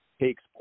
takes